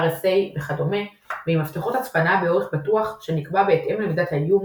AES וכדומה ועם מפתחות הצפנה באורך בטוח שנקבע בהתאם למידת האיום,